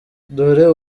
dore